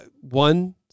one